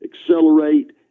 accelerate